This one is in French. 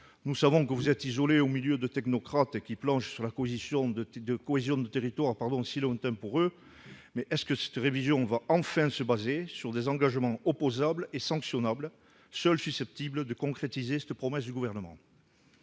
Nous savons que vous êtes isolé au milieu de technocrates qui planchent sur la cohésion de territoires si lointains pour eux, mais cette révision se fondera-t-elle enfin sur des engagements opposables et sanctionnables, seuls susceptibles de concrétiser cette promesse du Gouvernement ?